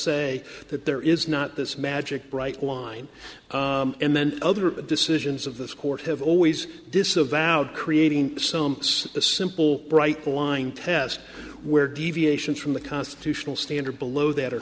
say that there is not this magic bright line and then other decisions of this court have always disavowed creating some it's a simple bright line test where deviations from the constitutional standard below that are